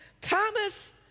Thomas